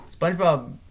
Spongebob